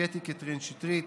קטי קטרין שטרית,